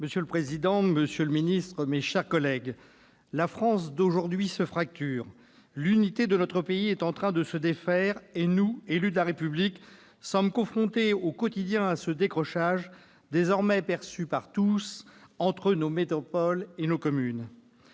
Monsieur le président, monsieur le ministre, mes chers collègues, la France d'aujourd'hui se fracture. L'unité de notre pays est en train de se défaire et nous, élus de la République, sommes confrontés au quotidien au décrochage, désormais perçu par tous, entre nos métropoles et nos communes.